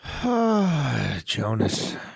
Jonas